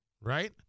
right